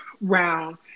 round